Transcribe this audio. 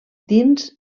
dins